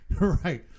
Right